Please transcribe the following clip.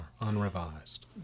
unrevised